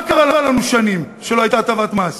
מה קרה לנו שנים, כשלא הייתה הטבת מס?